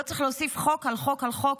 לא צריך להוסיף חוק על חוק על חוק,